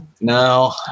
No